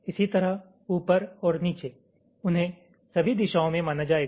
इसी तरह उपर और नीचे उन्हें सभी दिशाओं में माना जाएगा